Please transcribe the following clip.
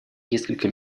несколько